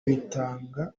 bitanga